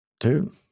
Dude